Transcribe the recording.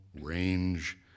range